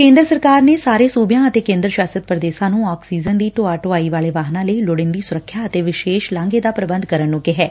ਕੇਦਰ ਸਰਕਾਰ ਨੇ ਸਾਰੇ ਸੁਬਿਆਂ ਅਤੇ ਕੇਦਰ ਸ਼ਾਸਤ ਪੁਦੇਸ਼ਾਂ ਨੰ ਆਕਸੀਜਨ ਦੀ ਢੋਆ ਢੁਆਈ ਵਾਲੇ ਵਾਹਨਾਂ ਲਈ ਲੋੜੀਦੀ ਸੁਰੱਖਿਆ ਤੇ ਵਿਸ਼ੇਸ਼ ਲਾਂਘੇ ਦਾ ਪ੍ਰਬੰਧ ਕਰਨ ਨੁੰ ਕਿਹੈ